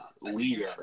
leader